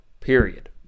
Period